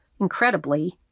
incredibly